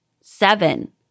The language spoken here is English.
Seven